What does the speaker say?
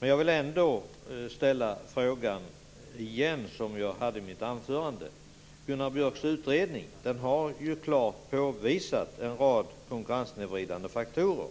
Men jag vill ändå ställa den fråga igen som jag ställde i mitt anförande: Gunnar Björks utredning har klart påvisat en rad konkurrenssnedvridande faktorer